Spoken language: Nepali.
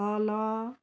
तल